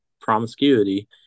promiscuity